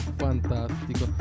fantastico